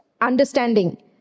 Understanding